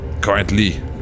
currently